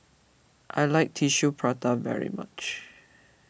I like Tissue Prata very much